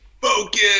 Focus